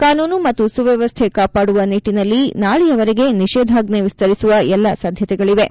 ಕಾನೂನು ಮತ್ತು ಸುವ್ಯವಸ್ಥೆ ಕಾಪಾಡುವ ನಿಟ್ಟನಲ್ಲಿ ನಾಳೆವರೆಗೆ ನಿಷೇಧಾಜ್ಞೆ ವಿಸ್ತರಿಸುವ ಎಲ್ಲ ಸಾಧ್ಯತೆಗಳಿವೆ